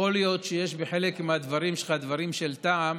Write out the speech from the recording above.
יכול להיות שיש בחלק מהדברים שלך דברים של טעם,